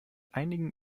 einigen